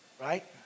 Right